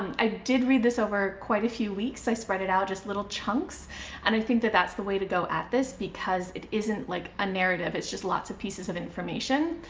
i did read this over quite a few weeks. i spread it out just little chunks and i think that that's the way to go at this because it isn't like a narrative, it's just lots of pieces of information.